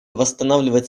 восстанавливать